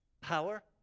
power